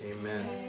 Amen